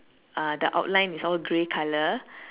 ah the outline is all grey colour